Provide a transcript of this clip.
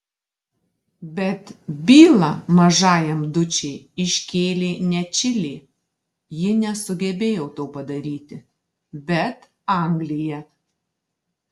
bet bylą mažajam dučei iškėlė ne čilė ji nesugebėjo to padaryti bet anglija